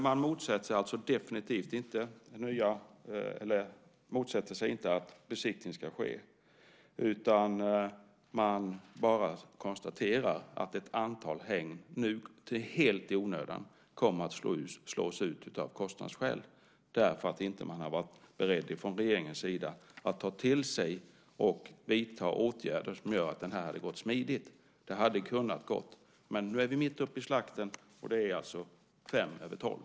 Man motsätter sig alltså inte att besiktning ska ske, utan man bara konstaterar att ett antal hägn nu helt i onödan kommer att slås ut av kostnadsskäl, därför att regeringen inte har varit beredd att ta till sig och vidta åtgärder som gör att det här hade gått smidigt. Det hade kunnat gå, men nu är man mitt uppe i slakten. Det är alltså fem över tolv.